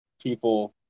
People